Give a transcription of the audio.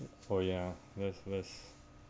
for ya worst worst